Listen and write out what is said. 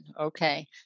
Okay